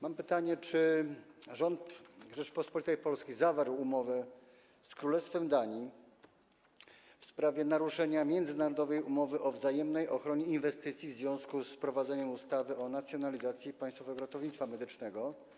Mam pytanie: Czy rząd Rzeczypospolitej Polskiej zawarł umowę z Królestwem Danii w sprawie naruszenia międzynarodowej umowy o wzajemnej ochronie inwestycji w związku z wprowadzeniem ustawy o nacjonalizacji Państwowego Ratownictwa Medycznego?